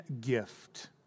gift